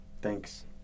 Thanks